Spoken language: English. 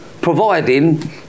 providing